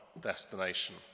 destination